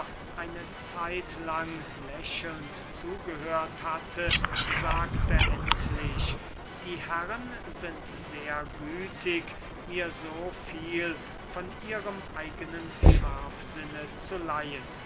eine zeitlang lächelnd zugehört hatte sagte endlich die herren sind sehr gütig mir so viel von ihrem eigenen scharfsinne zu leihen